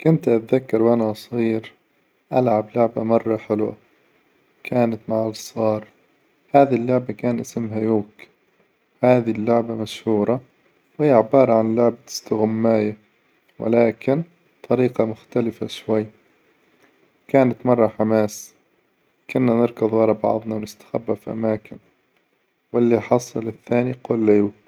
كنت أتذكر وأنا صغير ألعب لعبة مرة حلوة كانت مع الصغار، هذي اللعبة كان اسمها يوك، هذي اللعبة مشهورة ويعبار عن لعبة استغماية، ولكن طريقة مختلفة شوي كانت مرة حماس كنا نركظ ورا بعظنا ونستخبى في أماكن وإللي يحصل الثاني يقول له يوك.